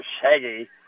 shaggy